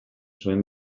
zuen